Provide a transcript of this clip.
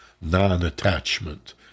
non-attachment